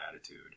attitude